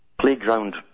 Playground